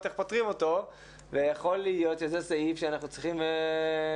איך פותרים אותו ויכול להיות שזה סעיף שאנחנו צריכים לתקן.